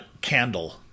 Candle